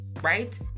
Right